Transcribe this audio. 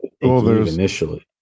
initially